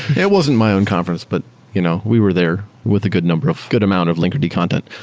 it wasn't my own conference, but you know we were there with a good number of good amount of linkerd content.